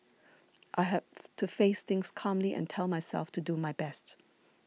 I have to face things calmly and tell myself to do my best